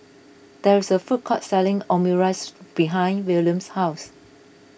there is a food court selling Omurice behind Williams' house